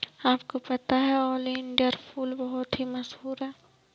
आपको पता है ओलियंडर फूल बहुत ही मशहूर है